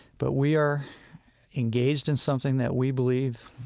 but we are engaged in something that we believe,